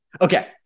Okay